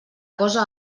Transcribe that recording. cosa